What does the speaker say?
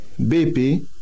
BP